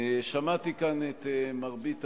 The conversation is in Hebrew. שמעתי כאן את מרבית הדיון.